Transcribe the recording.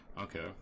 Okay